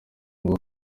ngo